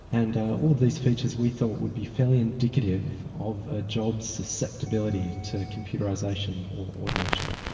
and all of these features we thought would be fairly indicative of a job's susceptibility to computerisation or automation.